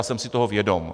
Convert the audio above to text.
Jsem si toho vědom.